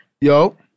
Yo